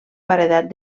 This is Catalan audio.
paredat